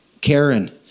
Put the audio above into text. Karen